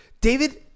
David